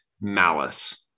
malice